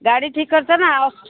ଗାଡ଼ି ଠିକ୍ କରିଛ ନା ଆଉ